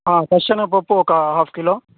పచ్చి శనగపప్పు ఒక హాఫ్ కిలో